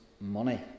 money